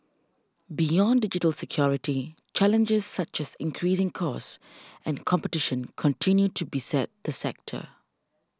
beyond digital security challenges such as increasing costs and competition continue to beset the sector